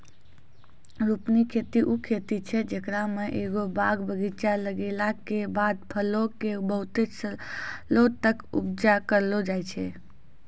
रोपनी खेती उ खेती छै जेकरा मे एगो बाग बगीचा लगैला के बाद फलो के बहुते सालो तक उपजा करलो जाय छै